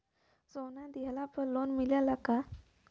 सोना दिहला पर लोन मिलेला का?